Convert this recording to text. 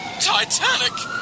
Titanic